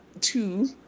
two